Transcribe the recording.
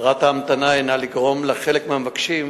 מטרת ההמתנה היא לגרום לחלק מהמבקשים